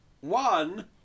One